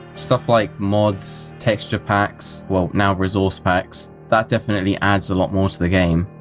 stuff like mods, texture packs, well now resource packs, that definitely adds a lot more to the game.